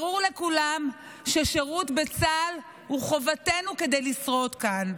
ברור לכולם ששירות בצה"ל הוא חובתנו כדי לשרוד כאן.